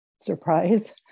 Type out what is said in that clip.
surprise